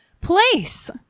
place